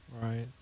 Right